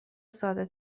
ساده